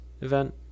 event